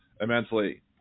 immensely